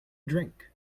drink